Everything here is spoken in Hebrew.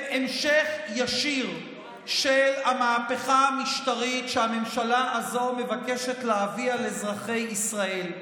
המשך ישיר של המהפכה המשטרית שהממשלה הזו מבקשת להביא על אזרחי ישראל.